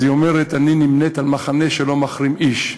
אז היא אומרת: אני נמנית עם מחנה שלא מחרים איש.